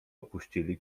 opuścili